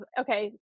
okay